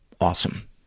awesome